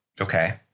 Okay